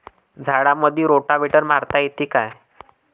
झाडामंदी रोटावेटर मारता येतो काय?